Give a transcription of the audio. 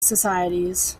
societies